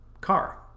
car